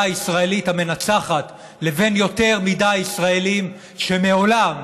הישראלית המנצחת לבין יותר מדי ישראלים שמעולם,